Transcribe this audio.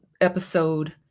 episode